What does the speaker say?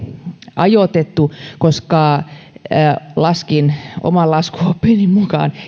ajoitettu koska jos laskin oikein laskin oman laskuoppini mukaan